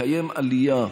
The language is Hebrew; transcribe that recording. לקיים עלייה,